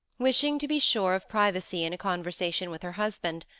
wishing to be sure of privacy in a conversation with her husband,